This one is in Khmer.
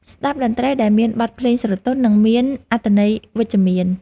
ស្ដាប់តន្ត្រីដែលមានបទភ្លេងស្រទន់ និងមានអត្ថន័យវិជ្ជមាន។